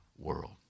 world